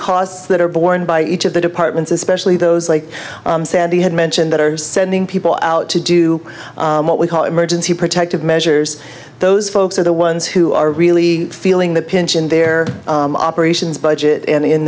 costs that are borne by each of the departments especially those like sandy had mentioned that are sending people out to do what we call emergency protective measures those folks are the ones who are really feeling the pinch in their operations budget and in